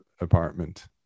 apartment